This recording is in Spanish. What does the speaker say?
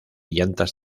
llantas